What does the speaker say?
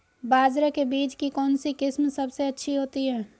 बाजरे के बीज की कौनसी किस्म सबसे अच्छी होती है?